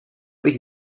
bych